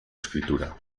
escritura